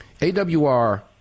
awr